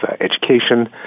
education